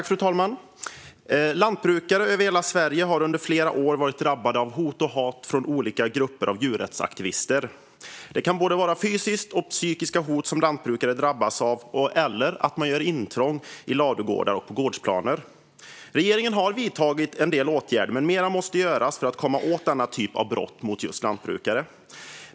Fru talman! Lantbrukare över hela Sverige har under flera år varit drabbade av hot och hat från olika grupper av djurrättsaktivister. Det kan handla om både fysiska och psykiska hot som lantbrukare drabbas av, eller om att man gör intrång i ladugårdar och på gårdsplaner. Regeringen har vidtagit en del åtgärder, men mer måste göras för att komma åt denna typ av brott mot just lantbrukare.